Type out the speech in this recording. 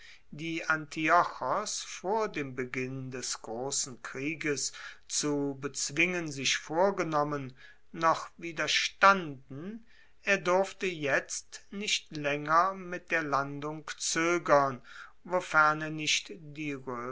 die antiochos vor dem beginn des grossen krieges zu bezwingen sich vorgenommen noch widerstanden er durfte jetzt nicht laenger mit der landung zoegern wofern er nicht die